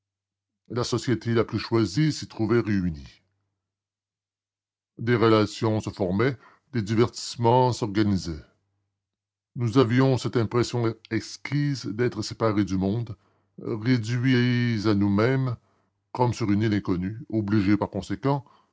la société la plus choisie s'y trouvait réunie des relations se formaient des divertissements s'organisaient nous avions cette impression exquise d'être séparés du monde réduits à nous-mêmes comme sur une île inconnue obligés par conséquent